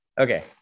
Okay